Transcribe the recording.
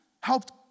helped